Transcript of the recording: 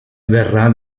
verrà